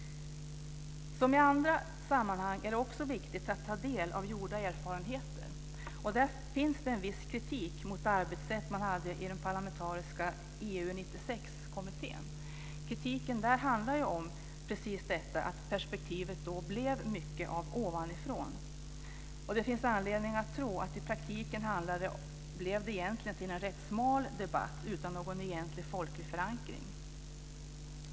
Som i andra sammanhang är det viktigt att ta del av gjorda erfarenheter. Där finns en viss kritik mot arbetssättet i den parlamentariska EU 96-kommittén. Kritiken handlade om att perspektivet blev mycket av ett ovanifrånperspektiv. Det finns anledning att tro att det i praktiken blev en rätt smal debatt, utan någon egentlig folklig förankring.